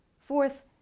Fourth